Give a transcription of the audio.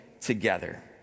together